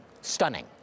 stunning